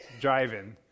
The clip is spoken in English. driving